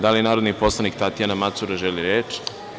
Da li narodni poslanik Tatjana Macura želi reč?